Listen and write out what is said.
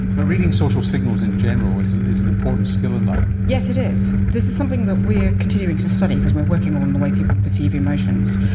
but reading social signals in general is is an important skill in life. yes, it is, this is something that we are continuing to study because we are working on the way people perceive emotions.